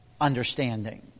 understanding